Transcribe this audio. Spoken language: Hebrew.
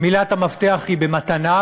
מילת המפתח היא "מתנה",